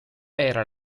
era